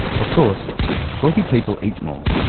of course wealthy people eat more,